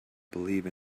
believe